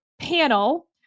panel